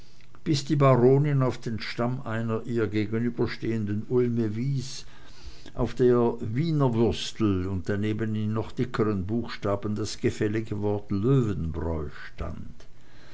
bis die baronin auf den stamm einer ihr gegenüberstehenden ulme wies drauf wiener würstel und daneben in noch dickeren buchstaben das gefällige wort löwenbräu stand